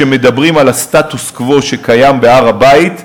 כשמדברים על הסטטוס-קוו שקיים בהר-הבית,